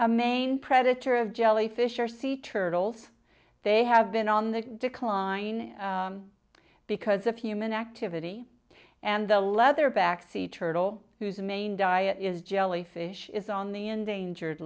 a main predator of jellyfish or sea turtles they have been on the decline because of human activity and the leatherback sea turtle whose main diet is jellyfish is on the endangered